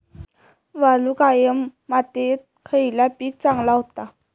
वालुकामय मातयेत खयला पीक चांगला होता?